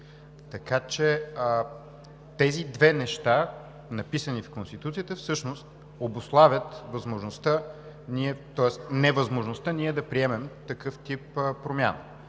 Така че тези две неща, написани в Конституцията, всъщност обуславят невъзможността да приемем такъв тип промяна,